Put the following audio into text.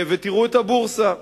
ותראו את הבורסה,